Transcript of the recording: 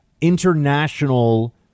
international